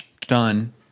Done